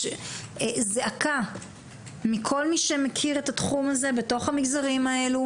יש זעקה מכל מי שמכיר את התחום הזה בתוך המגזרים האלו.